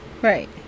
Right